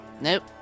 Nope